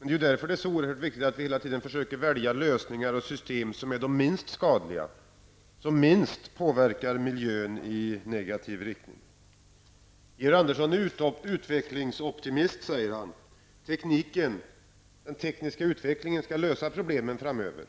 Därför det är så oerhört viktigt att vi hela tiden försöker välja lösningar och system som är de minst skadliga, som minst påverkar miljön i negativ riktning. Georg Andersson säger att han är utvecklingsoptimist. Den tekniska utvecklingen skall lösa problemen framöver.